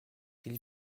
ils